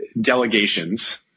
delegations